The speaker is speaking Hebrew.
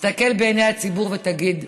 תסתכל בעיני הציבור ותגיד: